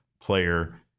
player